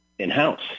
in-house